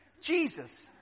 Jesus